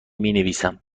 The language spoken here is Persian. مینویسم